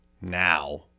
now